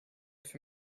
for